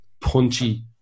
punchy